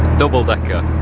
double decker.